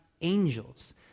angels